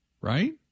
Right